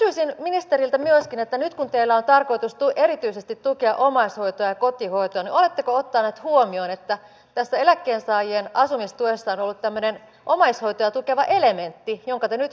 kysyisin ministeriltä myöskin että nyt kun teillä on tarkoitus erityisesti tukea omaishoitoa ja kotihoitoa niin oletteko ottanut huomioon että tässä eläkkeensaajien asumistuessa on ollut tämmöinen omaishoitoa tukeva elementti jonka te nyt poistatte